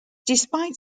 despite